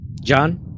John